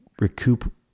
recoup